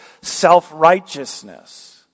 self-righteousness